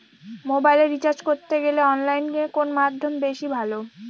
মোবাইলের রিচার্জ করতে গেলে অনলাইনে কোন মাধ্যম বেশি ভালো?